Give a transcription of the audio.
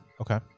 okay